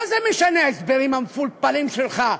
מה זה משנה ההסברים המפולפלים שלך,